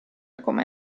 come